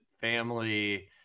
family